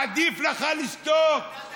עדיף לך לשתוק, אתה דמגוג בשקל.